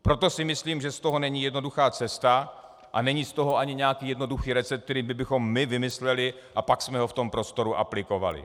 Proto si myslím, že z toho není jednoduchá cesta a není z toho ani nějaký jednoduchý recept, který bychom my vymysleli a pak jsme ho v tom prostoru aplikovali.